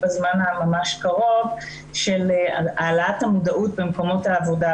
בזמן הממש קרוב של העלאת המודעות במקומות העבודה.